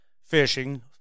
fishing